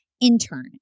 intern